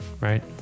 Right